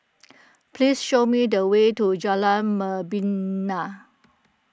please show me the way to Jalan Membina